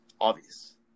obvious